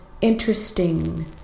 interesting